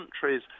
countries